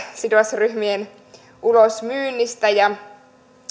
sidosryhmien ulosmyynnistä